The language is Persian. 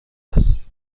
است